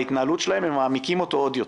ובהתנהלות שלהם הם מעמיקים אותו עוד יותר.